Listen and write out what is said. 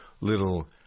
little